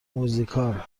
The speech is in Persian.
موزیکال